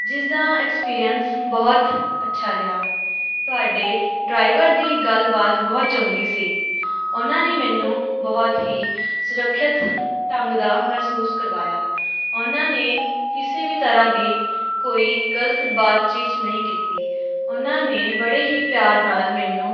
ਜਿਸ ਦਾ ਐਕਸਪੀਰੀਅੰਸ ਬਹੁਤ ਅੱਛਾ ਰਿਹਾ ਤੁਹਾਡੇ ਡਰਾਈਵਰ ਦੀ ਗੱਲਬਾਤ ਬਹੁਤ ਚੰਗੀ ਸੀ ਉਨ੍ਹਾਂ ਨੇ ਮੈਨੂੰ ਬਹੁਤ ਹੀ ਸੁਰੱਖਿਅਤ ਢੰਗ ਦਾ ਮਹਿਸੂਸ ਕਰਵਾਇਆ ਉਨ੍ਹਾਂ ਨੇ ਕਿਸੇ ਵੀ ਤਰ੍ਹਾਂ ਦੀ ਕੋਈ ਗ਼ਲਤ ਬਾਤ ਚੀਤ ਨਹੀਂ ਕੀਤੀ ਉਨ੍ਹਾਂ ਨੇ ਬੜੇ ਹੀ ਪਿਆਰ ਨਾਲ ਮੈਨੂੰ